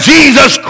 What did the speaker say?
Jesus